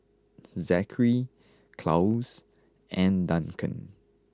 Zakary Claus and Duncan